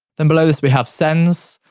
then, below this, we have sends.